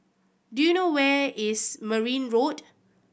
do you know where is Merryn Road